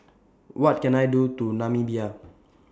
What Can I Do to Namibia